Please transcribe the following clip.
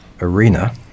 arena